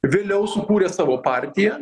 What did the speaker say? vėliau sukūrė savo partiją